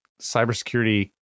cybersecurity